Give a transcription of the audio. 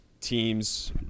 teams –